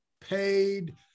paid